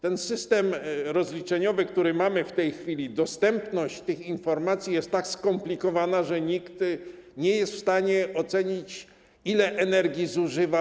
Ten system rozliczeniowy, który mamy w tej chwili, i dostępność tych informacji są tak skomplikowane, że nikt nie jest w stanie ocenić, ile energii zużywa.